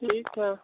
ठीक हैं